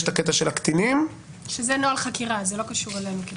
יש את הקטע של הקטינים --- שזה נוהל חקירה; זה לא קשור אלינו.